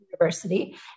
university